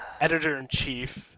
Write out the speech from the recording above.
editor-in-chief